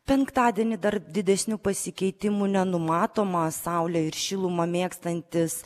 penktadienį dar didesnių pasikeitimų nenumatoma saulę ir šilumą mėgstantys